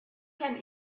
can